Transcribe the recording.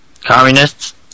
Communists